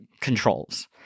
controls